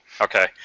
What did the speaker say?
Okay